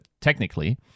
technically